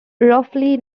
roughly